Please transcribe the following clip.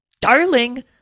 darling